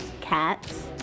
cats